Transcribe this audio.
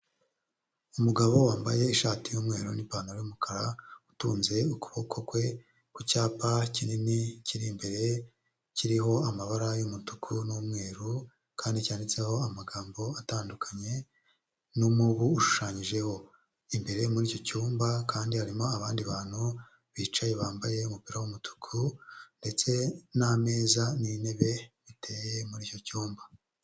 Umugabo wambaye ishati y'umweru n'ipantaro y'umukara, utunze ukuboko kwe ku cyapa kinini kiri imbere kiriho amabara y'umutuku n'umweru, Kandi cyanditseho amagambo atandukanye, n'umubu ushushanyijeho. Imbere muri icyo cyumba kandi harimo abandi bantu bicaye bambaye umupira w'umutuku ndetse n'ameza n'intebe biteye muri icyo cyumba.